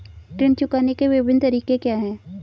ऋण चुकाने के विभिन्न तरीके क्या हैं?